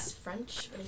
French